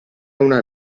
una